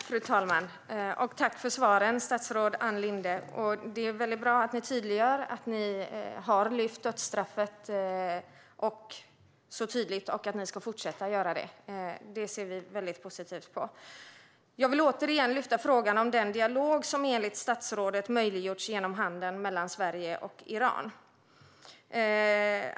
Fru talman! Tack, för svaren, statsrådet Ann Linde! Det är bra att ni tydliggör att ni tydligt har lyft upp dödsstraffet och att ni ska fortsätta att göra det. Detta ser vi positivt på. Jag vill återigen lyfta upp frågan om den dialog som enligt statsrådet möjliggjorts genom handeln mellan Sverige och Iran.